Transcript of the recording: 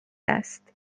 است